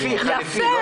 חליפי, חליפי.